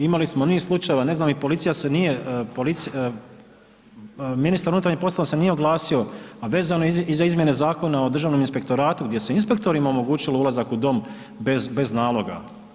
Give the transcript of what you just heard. Imali smo niz slučajeva, ne znam, i policija se nije, policija, ministar unutarnjih poslova se nije oglasio, a vezano za izmjene Zakona o Državnom inspektoratu gdje se inspektorima omogućilo ulazak u dom, bez naloga.